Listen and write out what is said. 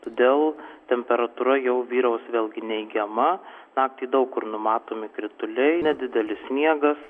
todėl temperatūra jau vyraus vėlgi neigiama naktį daug kur numatomi krituliai nedidelis sniegas